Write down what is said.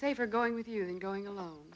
safer going with you and going alone